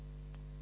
Hvala